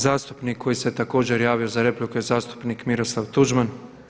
Zastupnik koji se također javio za repliku je zastupnik Miroslav Tuđman.